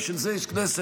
בשביל זה יש כנסת,